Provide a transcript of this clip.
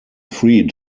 free